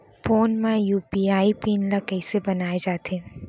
Phone म UPI PIN ल कइसे बनाये जाथे?